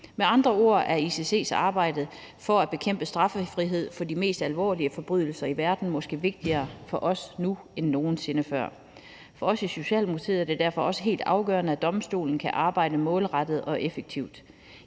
Med andre ord er ICC's arbejde for at bekæmpe straffrihed for de mest alvorlige forbrydelser i verden måske vigtigere for os nu end nogen sinde før. For os i Socialdemokratiet er det derfor også helt afgørende, at domstolen kan arbejde målrettet og effektivt.